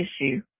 issue